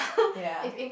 ya